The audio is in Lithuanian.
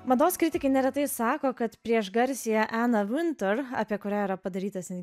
mados kritikai neretai sako kad prieš garsiąją aną vunter apie kurią yra padarytas